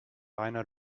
reiner